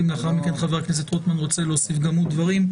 אם לאחר מכן חבר הכנסת רוטמן ירצה יוסיף גם הוא דברים,